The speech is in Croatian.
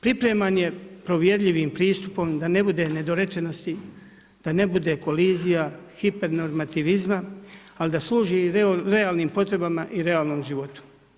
Pripreman je provjerljivim pristupom da ne bude nedorečenosti, da ne bude kolizija hipernormativizma, ali da služi realnim potrebama i realnom životu.